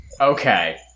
Okay